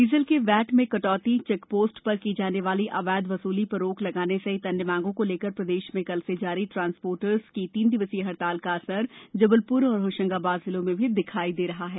diesel के VAT में कटौती चेक पोस्ट पर की जाने वाली अवैध वसूली पर रोक लगाने सहित अन्य मांगों को लेकर प्रदेश में कल से जारी ट्रांसपोटर्स की तीन दिवसीय हड़ताल का असर जबलपुर और होशंगाबाद जिलों में भी दिखाई दे रहा है